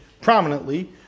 prominently